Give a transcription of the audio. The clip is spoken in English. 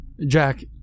Jack